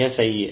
यह सही हैं